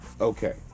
Okay